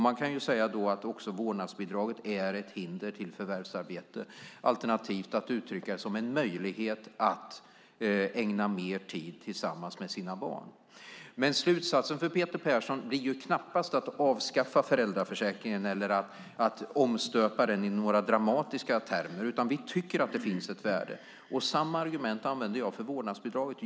Man kan då säga att också vårdnadsbidraget är ett hinder till förvärvsarbete, alternativt uttrycka det som en möjlighet att ägna mer tid tillsammans med sina barn. Slutsatsen för Peter Persson blir ju knappast att avskaffa föräldraförsäkringen eller att omstöpa den i några dramatiska termer, utan vi tycker att den har ett värde. Samma argument använder jag för vårdnadsbidraget.